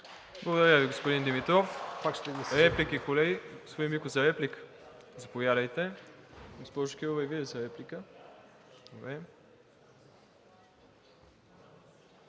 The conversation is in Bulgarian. Благодаря Ви, господин Димитров. Реплики, колеги? Господин Биков, за реплика ли? Заповядайте. Госпожо Кирова, и Вие ли за реплика?